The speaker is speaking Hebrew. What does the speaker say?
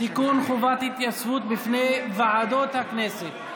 חובת התייצבות בפני ועדות הכנסת),